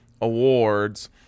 awards